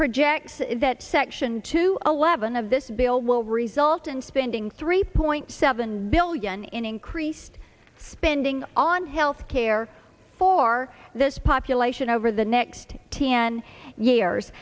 projects that section two eleven of this bill will result in spending three point seven billion in increased spending on health care for this population over the next t n years